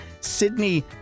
Sydney